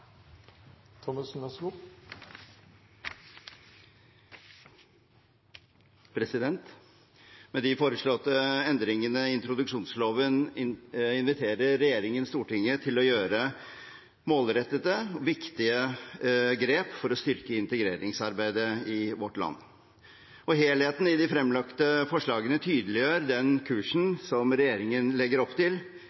å gjøre målrettede og viktige grep for å styrke integreringsarbeidet i vårt land. Helheten i de fremlagte forslagene tydeliggjør den kursen